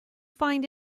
find